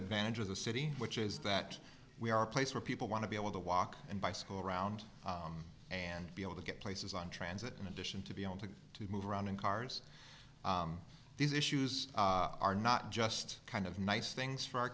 advantage of the city which is that we are a place where people want to be able to walk and buy school around and be able to get places on transit in addition to be able to move around in cars these issues are not just kind of nice things for our